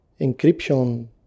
encryption